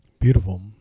Beautiful